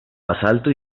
basalto